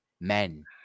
Men